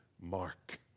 mark